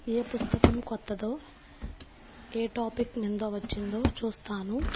ఏ పుస్తకం కొత్తదో ఏ టాపిక్ నింద వచ్చిందో చూస్తాను